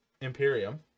Imperium